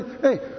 hey